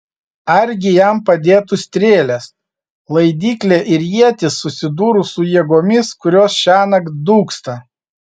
argi jam padėtų strėlės laidyklė ir ietis susidūrus su jėgomis kurios šiąnakt dūksta